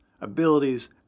abilities